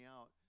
out